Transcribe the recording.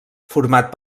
format